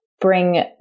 bring